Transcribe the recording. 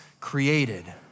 created